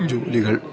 ജോലികൾ